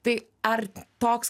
tai ar toks